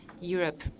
Europe